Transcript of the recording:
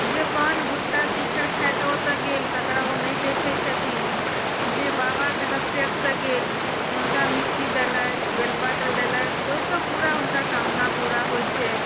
जे पान गुटका शिखर खा कऽ ओतय गेल तकरा ओ नहि देखैत छथिन जे बाबा के हैसियतसँ गेल हुनका मिट्टी देलथि बेल पत्र देलथि ओहिसँ पूरा हुनकर कामना पूरा होइत छै